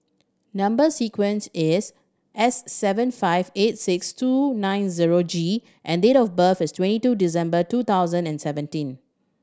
number sequence is S seven five eight six two nine zero G and date of birth is twenty two December two thousand and seventeen